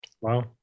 Wow